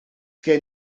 gen